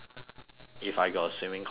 if I got swimming competition